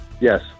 Yes